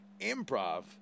improv